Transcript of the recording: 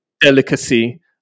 delicacy